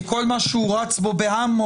כי כל מה שהוא רץ בו ב"אמוק".